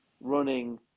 running